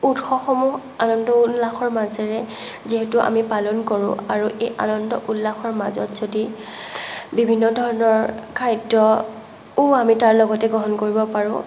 উৎসৱসমূহ আনন্দ উল্লাসৰ মাজেৰে যিহেতু আমি পালন কৰোঁ আৰু এই আনন্দ উল্লাসৰ মাজত যদি বিভিন্ন ধৰণৰ খাদ্যও আমি তাৰ লগতে গ্ৰহণ কৰিব পাৰোঁ